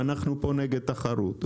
שאנחנו פה נגד תחרות.